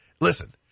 Listen